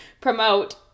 promote